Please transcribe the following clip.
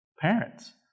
Parents